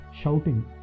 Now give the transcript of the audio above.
shouting